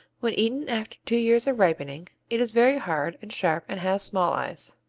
when eaten after two years of ripening, it is very hard and sharp and has small eyes.